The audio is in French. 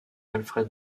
alfred